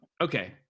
okay